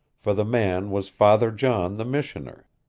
for the man was father john the missioner.